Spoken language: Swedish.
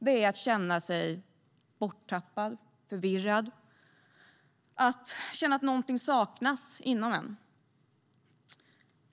Det är att känna sig borttappad och förvirrad, att känna att någonting saknas inom en.